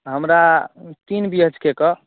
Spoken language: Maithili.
हमरा तीन बी एच के के